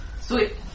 Sweet